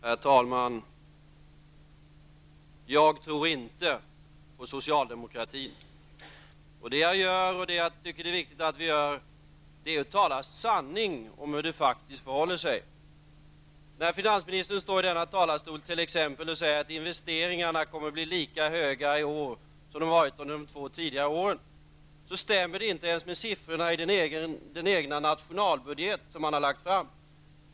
Herr talman! Jag tror inte på socialdemokratin. Det jag gör och det jag tycker att det är riktigt att vi gör är att tala sanning om hur det faktiskt förhåller sig. När finansministern står i denna talarstol t.ex. och säger att investeringarna kommer att bli lika höga i år som de varit under de två tidigare åren, stämmer det inte ens med siffrorna i den egna nationalbudget som han har lagt fram.